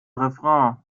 refrain